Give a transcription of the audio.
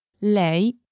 lei